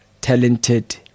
talented